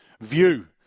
view